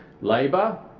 labor,